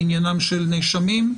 בעניינם של נאשמים,